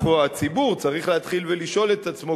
הציבור צריך להתחיל ולשאול את עצמו,